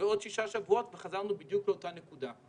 ועוד שישה שבועות, וחזרנו בדיוק לאותה נקודה.